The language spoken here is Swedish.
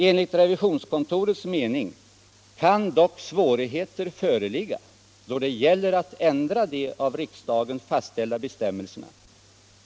Enligt revisionskontorets mening kan dock svårigheter föreligga då det gäller att ändra de av riksdagen fastställda bestämmelserna.